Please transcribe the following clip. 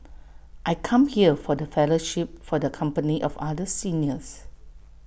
I come here for the fellowship for the company of other seniors